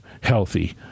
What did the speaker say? healthy